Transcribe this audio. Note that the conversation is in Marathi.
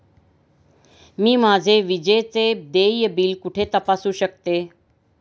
मी माझे विजेचे देय बिल कुठे तपासू शकते?